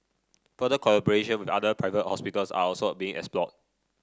further collaboration with other private hospitals are also a being explored